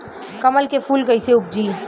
कमल के फूल कईसे उपजी?